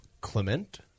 Clement